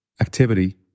activity